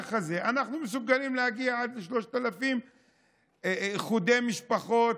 המהלך הזה אנחנו מסוגלים להגיע עד 3,000 איחודי משפחות,